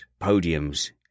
podiums